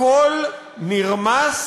הכול נרמס